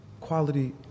Quality